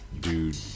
dude